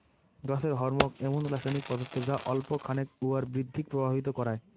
গছের হরমোন এমুন রাসায়নিক পদার্থ যা অল্প খানেক উয়ার বৃদ্ধিক প্রভাবিত করায়